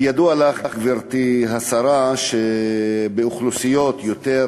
כידוע לך, גברתי השרה, באוכלוסיות יותר